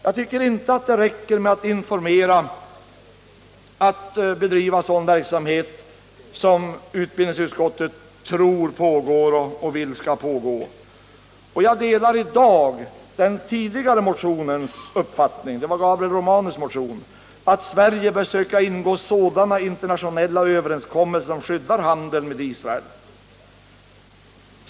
Jag tycker inte att det räcker att bedriva sådan informationsverksamhet som utrikesutskottet tror pågår och vill skall pågå. Jag delar i dag uppfattningen i Gabriel Romanus motion att Sverige bör söka ingå sådana internationella överenskommelser som skyddar handeln med Israel.